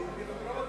אדוני היושב-ראש,